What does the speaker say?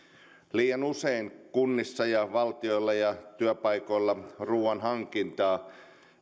liian usein kunnissa ja valtiolla ja työpaikoilla ruuan hankintaan